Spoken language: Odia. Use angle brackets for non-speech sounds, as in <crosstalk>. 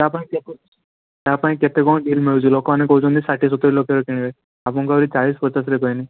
ତା'ପାଇଁ କେତେ ତା'ପାଇଁ କେତେ କ'ଣ <unintelligible> ମିଳୁଛି ଲୋକମାନେ କହୁଛନ୍ତି ଷାଠିଏ ସତୁରୀ ଲକ୍ଷରେ କିଣିବେ ଆପଣଙ୍କୁ ଆହୁରି ଚାଳିଶ ପଚାଶରେ କହିଲି